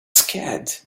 scared